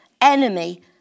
enemy